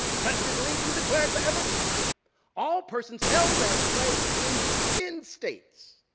president lincoln declared forever free all persons held as slaves in the ten states